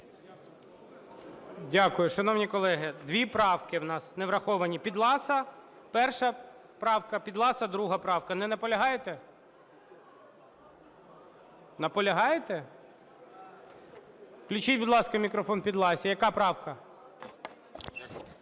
Дякую. Шановні колеги, дві правки у нас не враховані. Підласа - 1 правка, Підласа - 2 правка. Не наполягаєте? Наполягаєте? Включіть, будь ласка, мікрофон Підласій. Яка правка?